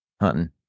hunting